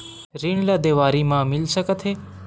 ऋण ला देवारी मा मिल सकत हे